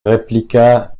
répliqua